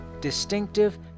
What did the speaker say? distinctive